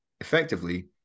effectively